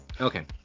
Okay